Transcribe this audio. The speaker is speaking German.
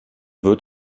wird